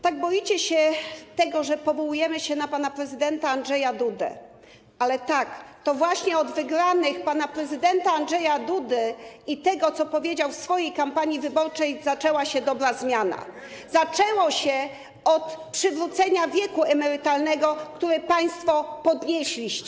Tak boicie się tego, że powołujemy się na pana prezydenta Andrzeja Dudę, ale tak, to właśnie od wygranej pana prezydenta Andrzeja Dudy i tego, co powiedział w swojej kampanii wyborczej, zaczęła się dobra zmiana, zaczęło się od przywrócenia wieku emerytalnego, który państwo podnieśliście.